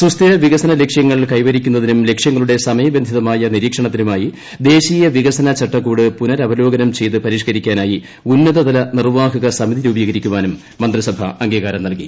സുസ്ഥിര വികസന ലക്ഷൃങ്ങൾ കൈവരിക്കുന്നതിനും ലക്ഷൃങ്ങളുടെ സമയബന്ധിതമായ നിരീക്ഷണത്തിനുമായി ദേശീയ വികസന ചട്ടക്കൂട് പുനരവലോകനം ചെയ്ത് പരിഷ്ക്കരിക്കാനായി ഉന്നതതല നിർവ്വാഹക സമിതി രൂപീകരിക്കാനും മന്ത്രിസഭ അംഗീകാരം നൽകി